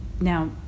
now